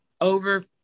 over